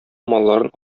малларын